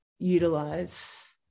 utilize